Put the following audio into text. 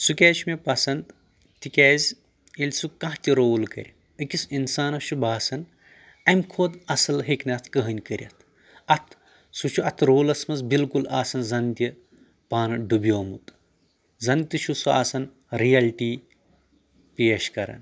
سُہ کیٛازِ چھُ مےٚ پسنٛد تِکیٛازِ ییٚلہِ سُہ کانٛہہ تہِ رول کرِ أکِس انسانس چھُ باسان امہِ کھۄتہٕ اصل ہٮ۪کہِ نہٕ اتھ کٕہۭنۍ کٔرتھ اتھ سُہ چھُ اتھ رولس منٛز بالکُل آسان زن تہِ پانہٕ ڈُبیوٚمُت زن تہِ چھُ سُہ آسان ریلٹی پیش کران